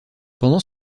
pendant